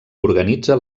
organitza